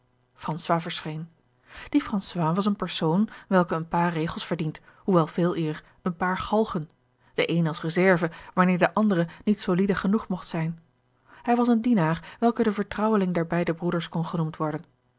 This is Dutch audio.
françois was een persoon welke een paar regels verdient hoewel veeleer een paar galgen de eene als reserve wanneer de andere niet solide genoeg mogt zijn hij was een dienaar welke de vertrouweling der beide broeders kon genoemd worden